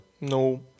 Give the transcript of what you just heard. No